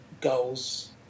goals